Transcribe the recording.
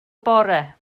bore